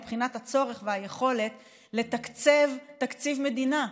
מבחינת הצורך והיכולת לתקצב תקציב מדינה,